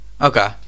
Okay